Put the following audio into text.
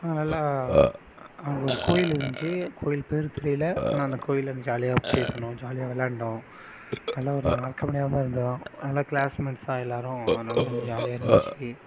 நல்லா அங்கே ஒரு கோயில் இருந்துச்சு கோயில் பேர் தெரியலை ஆனால் அந்த கோயில்லருந்து ஜாலியாக பேசுனோம் ஜாலியாக விளாண்டோம் நல்லா ஒரு மறக்க முடியாத இருந்தோம் எல்லாம் கிளாஸ்மெட்ஸ் தான் எல்லாரும் அதனால் கொஞ்சம் ஜாலியாக இருந்துச்சு